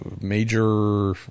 major